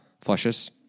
flushes